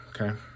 Okay